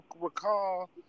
recall